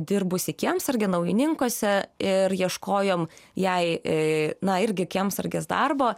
dirbusi kiemsarge naujininkuose ir ieškojom jei na irgi kiemsargės darbo